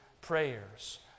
prayers